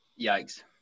yikes